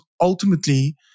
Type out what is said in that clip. ultimately